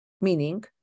Meaning